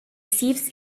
sieves